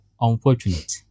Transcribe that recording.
unfortunate